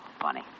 Funny